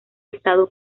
estado